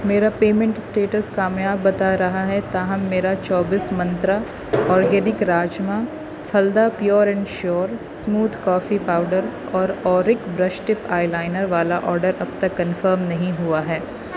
میرا payment status کامیاب بتا رہا ہے تاہم میرا چوبیس Myntra organic rajma Phalada pure and sure smooth coffee powder اور اورک برش ٹپ آئی لائنر والا آرڈر اب تک کنفرم نہیں ہوا ہے